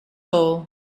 all